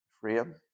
freedom